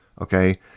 okay